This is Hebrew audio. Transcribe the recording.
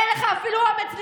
אין לך אפילו אומץ להתעמת,